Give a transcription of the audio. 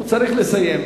הוא צריך לסיים,